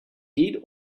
did